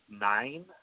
nine